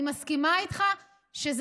אני רוצה להגיד שיש